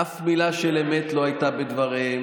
אף מילה של אמת לא הייתה בדבריהם.